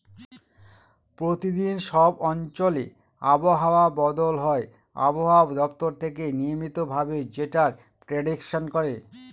প্রতিদিন সব অঞ্চলে আবহাওয়া বদল হয় আবহাওয়া দপ্তর থেকে নিয়মিত ভাবে যেটার প্রেডিকশন করে